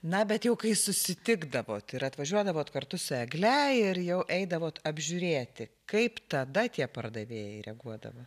na bet jau kai susitikdavot ir atvažiuodavot kartu su egle ir jau eidavot apžiūrėti kaip tada tie pardavėjai reaguodavo